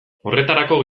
horretarako